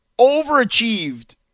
overachieved